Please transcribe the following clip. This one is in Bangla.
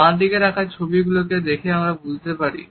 বাঁদিকের রাখা ছবিগুলি কে দেখে আমরা বুঝতে পারি